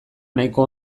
nahiko